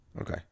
Okay